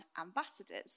ambassadors